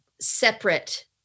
separate